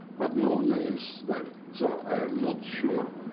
but no names, so i'm not sure